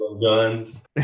guns